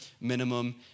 minimum